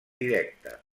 directa